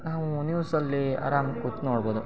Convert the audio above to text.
ನಾವು ನ್ಯೂಸಲ್ಲಿ ಅರಾಮ ಕೂತು ನೋಡ್ಬೋದು